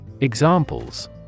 Examples